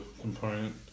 component